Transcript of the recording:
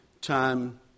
time